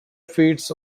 feeds